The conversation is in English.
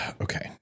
okay